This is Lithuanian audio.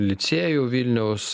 licėjų vilniaus